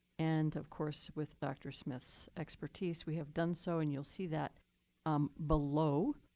and of course with dr. smith's expertise, we have done so and you'll see that um below.